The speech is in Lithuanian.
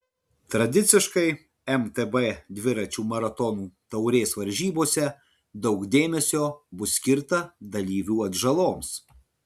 tradiciškai mtb dviračių maratonų taurės varžybose daug dėmesio bus skirta dalyvių atžaloms